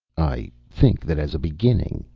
i think that as a beginning,